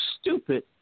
stupid